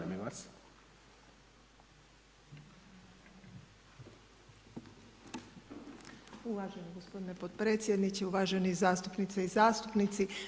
Uvaženi gospodine potpredsjedniče, uvažene zastupnice i zastupnici.